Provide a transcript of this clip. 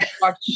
Watch